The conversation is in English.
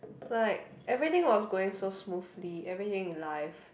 like everything was going so smoothly everything in life